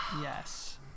Yes